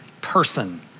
person